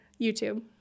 youtube